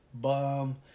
bum